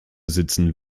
sitzen